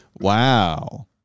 wow